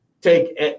take